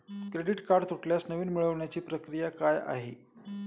Credit card तुटल्यास नवीन मिळवण्याची प्रक्रिया काय आहे?